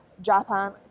Japan